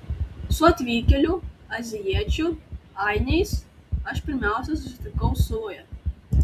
su atvykėlių azijiečių ainiais aš pirmiausia susitikau suvoje